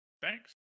Thanks